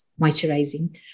moisturizing